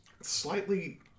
slightly